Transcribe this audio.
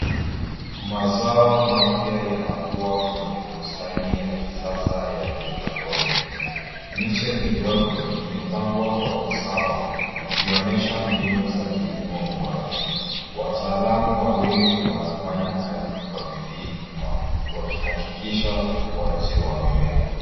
Mazao mapya yanakuwa kwenye bustani ya kisasa ya hydroponic . Miche midogo imepangwa kwa usawa ikionyesha mbinu za kilimo bora. Wataalamu wawili wanafanya kazi kwa bidii nyuma wakihakikisha ukuaji wa mimea.